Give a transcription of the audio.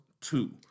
two